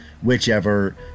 whichever